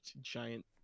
giant